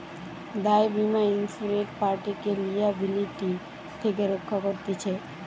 দায় বীমা ইন্সুরেড পার্টিকে লিয়াবিলিটি থেকে রক্ষা করতিছে